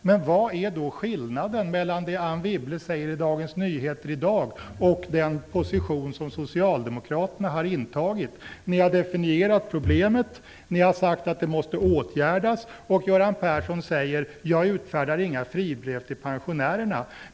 Men vad är då skillnaden mellan det som Wibble skriver i Dagens Nyheter i dag och den position som socialdemokraterna har intagit? Ni har definierat problemet och sagt att det måste åtgärdas, och Göran Persson säger att han inte utfärdar några fribrev till pensionärerna.